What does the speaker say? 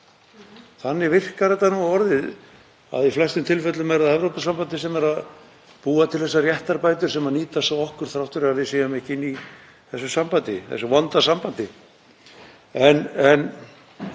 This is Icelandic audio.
Þannig virkar þetta nú orðið. Í flestum tilfellum er það Evrópusambandið sem býr til þessar réttarbætur sem nýtast okkur þrátt fyrir að við séum ekki í þessu sambandi,